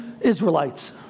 Israelites